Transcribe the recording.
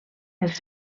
els